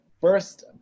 first